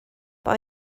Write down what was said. but